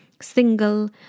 single